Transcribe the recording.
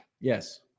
Yes